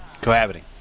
Cohabiting